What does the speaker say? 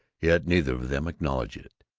yet neither of them acknowledged it.